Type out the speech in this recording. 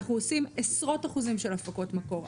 אנחנו עושים עשרות אחוזים של הפקות מקור,